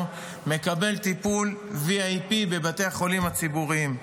מקבל טיפול VIP בבתי החולים הציבוריים.